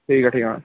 ठीक ऐ ठीक ऐ हां